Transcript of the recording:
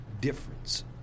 difference